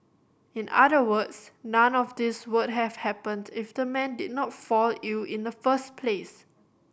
in other words none of these would have happened if the man did not fall ill in the first place